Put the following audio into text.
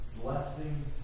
blessing